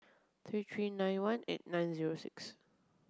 three three nine one eight nine zero six